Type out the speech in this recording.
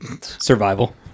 Survival